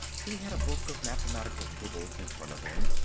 he had a book of mathematical tables in front of him,